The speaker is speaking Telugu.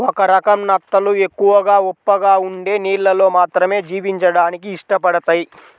ఒక రకం నత్తలు ఎక్కువ ఉప్పగా ఉండే నీళ్ళల్లో మాత్రమే జీవించడానికి ఇష్టపడతయ్